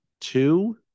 two